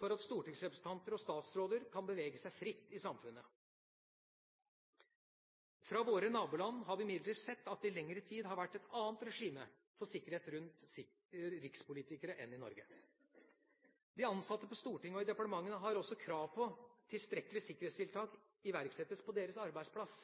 for at stortingsrepresentanter og statsråder kan bevege seg fritt i samfunnet. Fra våre naboland har vi imidlertid sett at det i lengre tid har vært et annet regime for sikkerhet rundt rikspolitikere enn i Norge. De ansatte på Stortinget og i departementene har også krav på at tilstrekkelige sikkerhetstiltak iverksettes på deres arbeidsplass.